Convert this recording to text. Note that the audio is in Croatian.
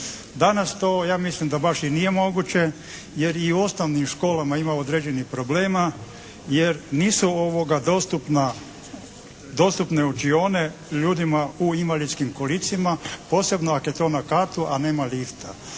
Danas to ja mislim da baš i nije moguće jer i u osnovnim školama imamo određenih problema jer nisu dostupne učione ljudima u invalidskim kolicima, posebno ako je to na katu a nema lifta.